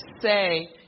say